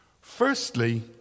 Firstly